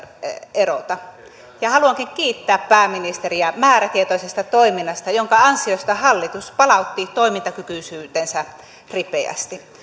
erota haluankin kiittää pääministeriä määrätietoisesta toiminnasta jonka ansiosta hallitus palautti toimintakykyisyytensä ripeästi